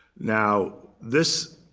now this,